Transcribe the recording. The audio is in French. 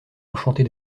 enchantée